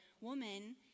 woman